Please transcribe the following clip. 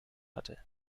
hatte